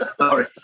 Sorry